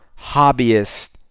hobbyist